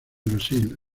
brasil